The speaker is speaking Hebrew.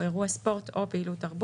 אישור על תו